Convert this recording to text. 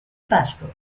pastos